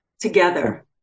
together